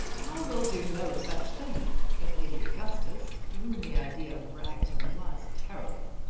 i will do no such thing, said lady augustus, to whom the idea of bragton was terrible.